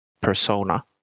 persona